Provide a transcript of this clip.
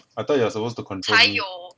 I thought you're suppose to control me